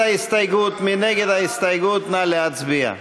שלי יחימוביץ, סתיו שפיר, איציק שמולי,